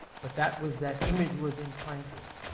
but that was, that image was implanted.